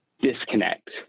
disconnect